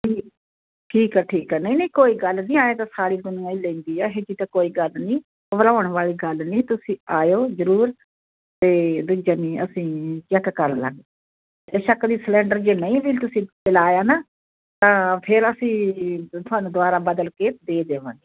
ਜੀ ਠੀਕ ਹੈ ਠੀਕ ਹ ਨਹੀਂ ਨਹੀਂ ਕੋਈ ਗੱਲ ਨਹੀਂ ਐਂ ਤਾਂ ਸਾਰੀ ਦੁਨੀਆਂ ਲੈਂਦੀ ਆ ਇਹੋ ਜਿਹੀ ਤਾਂ ਕੋਈ ਗੱਲ ਨਹੀਂ ਘਬਰਾਉਣ ਵਾਲੀ ਗੱਲ ਨਹੀਂ ਤੁਸੀਂ ਆਇਓ ਜ਼ਰੂਰ ਅਤੇ ਜਾਨੀ ਅਸੀਂ ਚੈੱਕ ਕਰ ਲਵਾਂਗੇ ਬੇਸ਼ੱਕ ਦੀ ਸਲੈਂਡਰ ਜੇ ਨਹੀਂ ਵੀ ਤੁਸੀਂ ਚਲਾਇਆ ਨਾ ਤਾਂ ਫਿਰ ਅਸੀਂ ਤੁਹਾਨੂੰ ਦੁਬਾਰਾ ਬਦਲ ਕੇ ਦੇ ਦੇਵਾਂਗੇ